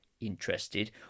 interested